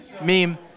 Meme